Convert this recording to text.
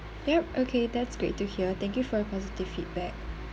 yup okay that's great to hear thank you for your positive feedback